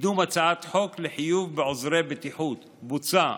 קידום הצעת חוק לחיוב בעוזרי בטיחות, בוצע.